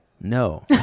No